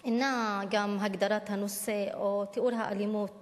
גם אינה הגדרת הנושא או תיאור האלימות